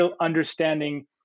understanding